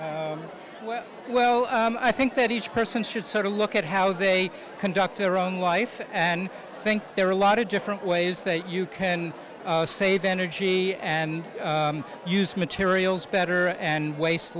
support i think that each person should sort of look at how they conduct their own life and i think there are a lot of different ways that you can save energy and use materials better and waste